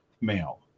male